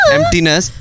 Emptiness